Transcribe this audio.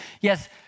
yes